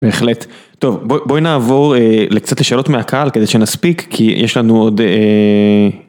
בהחלט. טוב, בואי נעבור לקצת לשאלות מהקהל, כדי שנספיק, כי יש לנו עוד...